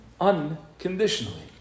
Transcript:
unconditionally